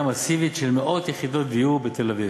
מסיבית של מאות יחידות דיור בתל-אביב.